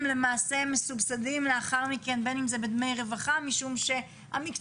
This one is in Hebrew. למעשה מסובסדים לאחר מכן בין אם זה בדמי רווחה משום שהמקצועות